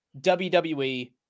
WWE